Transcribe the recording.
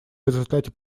результате